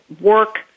work